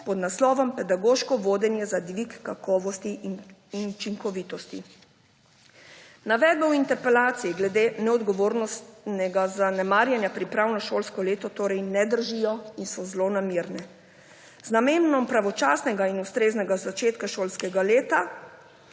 pod naslovom Pedagoško vodenje za dvig kakovosti in učinkovitosti. Navedbe v interpelaciji glede neodgovornega zanemarjanja priprav na šolsko leto torej ne držijo in so zlonamerne. Z namenom pravočasnega in ustreznega začetka šolskega leta